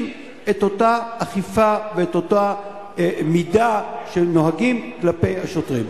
את אותה אכיפה ואת אותה מידה שנוהגים בה כלפי השוטרים?